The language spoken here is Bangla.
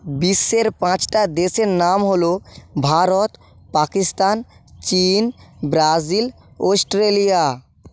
বিশ্বের পাঁচটা দেশের নাম হলো ভারত পাকিস্তান চীন ব্রাজিল অস্ট্রেলিয়া